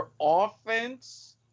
offense